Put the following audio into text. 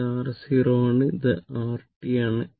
ഇത് r0 ആണ് ഇത് rT ആണ്